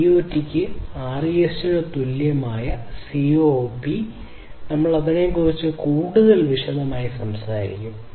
IoT യ്ക്ക് REST ന് തുല്യമായ CoAP ഞങ്ങൾ അതിനെക്കുറിച്ച് കൂടുതൽ വിശദമായി സംസാരിക്കും